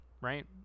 right